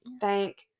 Thank